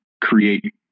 create